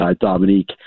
Dominique